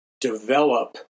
develop